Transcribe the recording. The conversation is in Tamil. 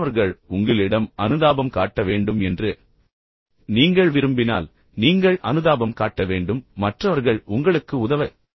மற்றவர்கள் உங்களிடம் அனுதாபம் காட்ட வேண்டும் என்று நீங்கள் விரும்பினால் நீங்கள் அனுதாபம் காட்ட வேண்டும் நீங்கள் இரக்கம் காட்ட வேண்டும்